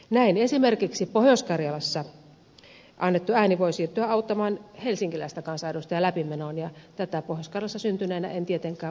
näin esimerkiksi pohjois karjalassa annettu ääni voi siirtyä auttamaan helsinkiläistä kansanedustajaa läpimenoon ja tätä pohjois karjalassa syntyneenä en tietenkään voi hyväksyä